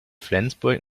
flensburg